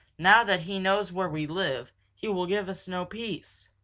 now that he knows where we live, he will give us no peace.